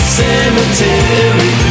cemetery